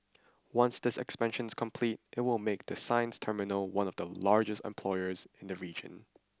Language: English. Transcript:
once this expansion is complete it will make the sines terminal one of the largest employers in the region